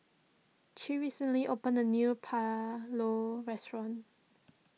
Che recently opened a new Pulao Restaurant